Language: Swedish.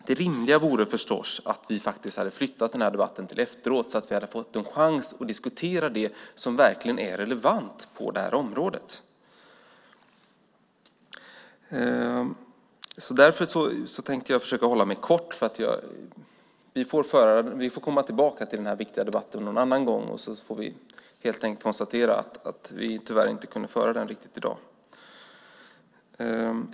Det rimliga vore förstås att vi faktiskt hade flyttat fram den här debatten så att vi hade fått en chans att diskutera det som verkligen är relevant på det här området. Därför tänker jag försöka hålla mig kort. Vi får komma tillbaka till den här viktiga debatten en annan gång och får helt enkelt konstatera att vi tyvärr inte riktigt kunde föra den i dag.